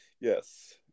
Yes